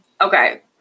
Okay